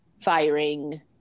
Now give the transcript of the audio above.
firing